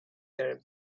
their